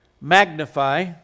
magnify